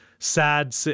Sad